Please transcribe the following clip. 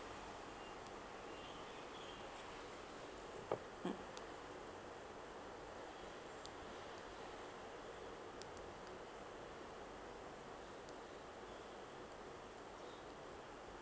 mm